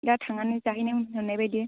दा थांनानै जाहैनो मोननाय बायदि